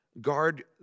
guard